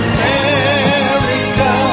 America